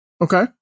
Okay